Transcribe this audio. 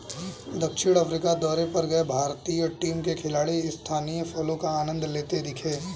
दक्षिण अफ्रीका दौरे पर गए भारतीय टीम के खिलाड़ी स्थानीय फलों का आनंद लेते दिखे